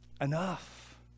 enough